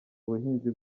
ubuhinzi